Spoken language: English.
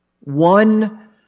One